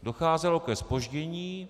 Docházelo ke zpoždění.